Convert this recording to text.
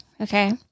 okay